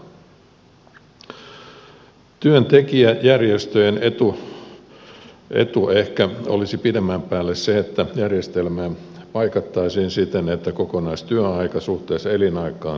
työntekijäjärjestöjen etu ehkä olisi pidemmän päälle se että järjestelmää paikattaisiin siten että kokonaistyöaika suhteessa elinaikaan saataisiin kasvamaan